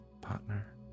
partner